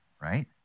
right